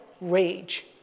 rage